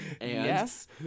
yes